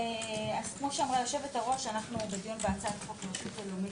כמו שאמרה יושבת-הראש אנחנו בדיון בהצעת חוק הרשות הלאומית